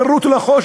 גררו אותו לחושך,